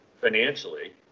financially